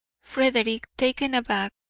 frederick, taken aback,